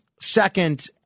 Second